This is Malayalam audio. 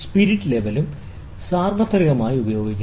സ്പിരിറ്റ് ലെവലും സാർവത്രികമായി ഉപയോഗിക്കുന്നു